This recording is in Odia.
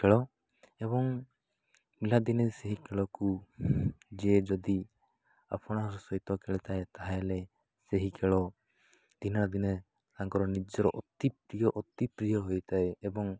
ଖେଳ ଏବଂ ପିଲାଦିନେ ସେହି ଖେଳକୁ ଯିଏ ଯଦି ଆପଣ ସହିତ ଖେଳିଥାଏ ତା'ହେଲେ ସେହି ଖେଳ ଦିନ ଦିନ ତାଙ୍କର ନିଜର ଅତି ପ୍ର୍ରିୟ ଅତିପ୍ରିୟ ହୋଇଥାଏ ଏବଂ